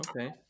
Okay